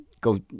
go